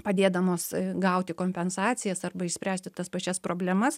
padėdamos gauti kompensacijas arba išspręsti tas pačias problemas